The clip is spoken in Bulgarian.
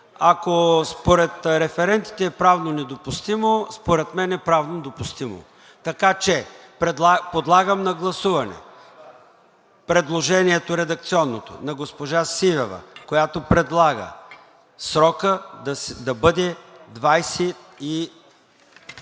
Ако според референтите е правно недопустимо, според мен е правно допустимо. Така че подлагам на гласуване редакционното предложение на госпожа Сивева, която предлага срокът да бъде 28